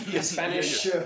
Spanish